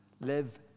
Live